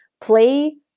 play